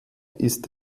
ist